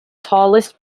tallest